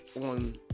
on